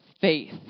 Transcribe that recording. faith